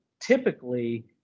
typically